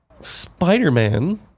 Spider-Man